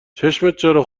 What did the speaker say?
چرا